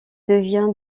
devient